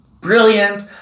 Brilliant